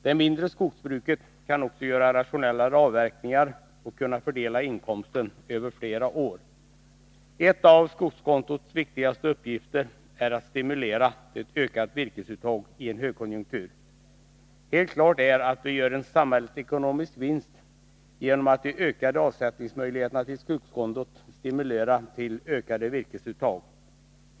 Det mindre skogsbruket kan också göra rationellare avverkningar och fördela inkomsten över flera år. En av skogskontots viktigaste uppgifter är att stimulera till ett ökat virkesuttagien högkonjunktur. Helt klart är att vi gör en samhällsekonomisk vinst genom att de ökade avsättningsmöjligheterna till skogskontot stimulerar till ökade virkesuttag.